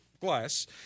glass